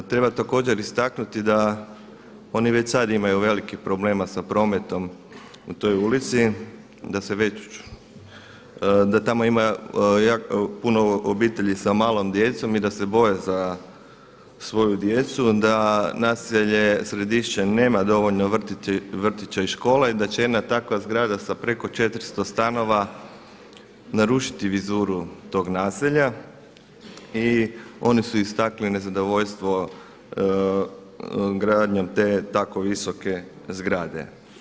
Treba također istaknuti da oni već sada imaju velikih problema sa prometom u toj ulici, da tamo ima jako puno obitelji sa malom djecom i da se boje za svoju djecu, da naselje Središće nema dovoljno vrtića i škola i da će jedna takva zgrada sa preko 400 stanova narušiti vizuru tog naselja i oni su istaknuli nezadovoljstvo gradnjom te tako visoke zgrade.